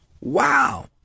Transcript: Wow